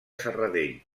serradell